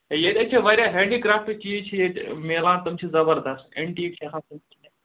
ہے ییٚتے چھِ واریاہ ہٮ۪نٛڈی کرٛافٹ چیٖز چھِ ییٚتہِ میلان تِم چھِ زبردس اٮ۪نٹیٖک چھِ